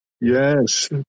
Yes